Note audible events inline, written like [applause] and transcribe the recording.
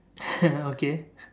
[laughs] okay